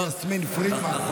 חברת הכנסת יסמין פרידמן.